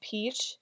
Peach